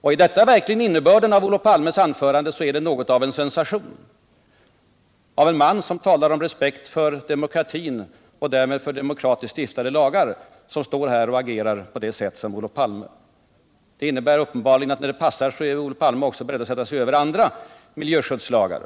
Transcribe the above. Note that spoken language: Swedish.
Är detta verkligen innebörden i Olof Palmes anförande, så är det något av en sensation, för att komma från en man som talar om respekt för demokratin och därmed för demokratiskt stiftade lagar men nu står här och agerar på det sätt som Olof Palme gör. Det innebär att när det passar är Olof Palme uppenbarligen också beredd att sätta sig över andra miljöskyddslagar.